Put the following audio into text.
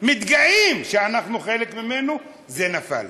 שאנחנו חלק ממנו, נפל.